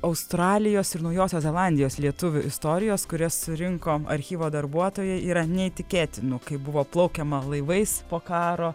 australijos ir naujosios zelandijos lietuvių istorijos kurias surinko archyvo darbuotojai yra neįtikėtinų kaip buvo plaukiama laivais po karo